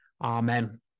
Amen